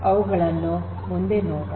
ಅವುಗಳನ್ನು ಮುಂದೆ ನೋಡೋಣ